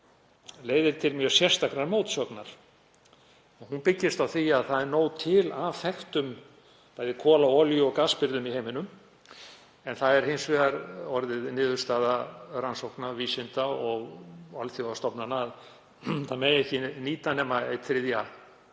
leiðir til mjög sérstakrar mótsagnar. Hún byggist á því að það er nóg til af þekktum kola-, olíu- og gasbirgðum í heiminum en það er hins vegar orðið niðurstaða rannsókna vísinda- og alþjóðastofnana að ekki megi nýta nema einn þriðja